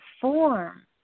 form